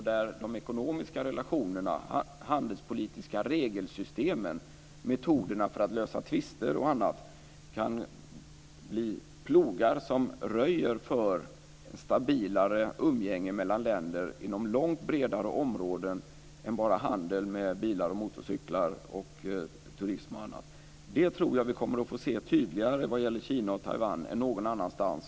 De ekonomiska relationerna, de handelspolitiska regelsystemen, metoderna för att lösa tvister och annat kan bli plogar som röjer för stabilare umgänge mellan länder inom långt bredare områden än handeln med bilar, motorcyklar, turism och annat. Det tror jag att vi kommer att få se tydligare vad gäller Kina och Taiwan än någon annanstans.